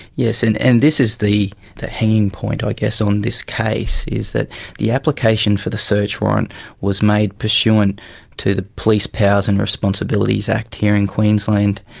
yes, and and this is the the hanging point i guess on this case, is that the application for the search warrant was made pursuant to the police powers and responsibilities act here in queensland,